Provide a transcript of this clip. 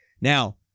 Now